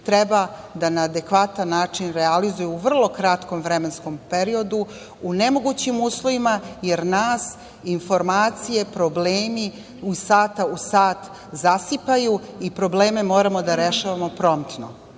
treba da na adekvatan način realizuje u vrlo kratkom vremenskom periodu, u nemogućim uslovima, jer nas informacije, problemi iz sata u sat zasipaju i probleme moramo da rešavamo promptno. Danas